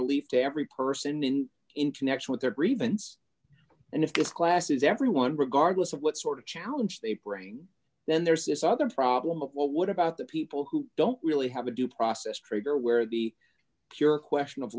relief to every person in in connection with their grievance and if this class is everyone regardless of what sort of challenge they bring then there's this other problem of well what about the people who don't really have a due process trigger where the cure question of